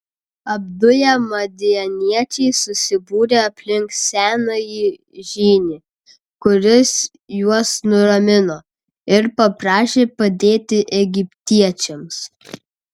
apduję madianiečiai susibūrė aplink senąjį žynį kuris juos nuramino ir paprašė padėti egiptiečiams